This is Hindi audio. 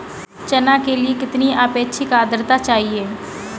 चना के लिए कितनी आपेक्षिक आद्रता चाहिए?